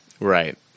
Right